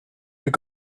got